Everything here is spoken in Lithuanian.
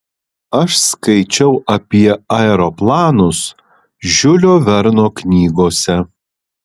aš skaičiau apie aeroplanus žiulio verno knygose